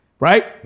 Right